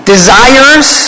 desires